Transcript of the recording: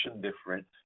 different